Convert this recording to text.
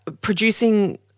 producing